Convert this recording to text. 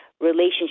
relationship